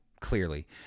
clearly